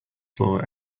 floor